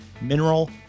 mineral